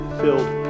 filled